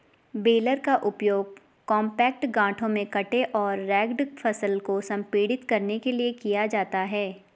baler का उपयोग compact गांठों में कटे और रेक्ड फसल को संपीड़ित करने के लिए किया जाता है